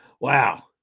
wow